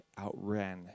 outran